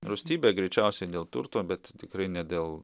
rūstybė greičiausiai dėl turto bet tikrai ne dėl